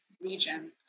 Region